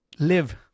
Live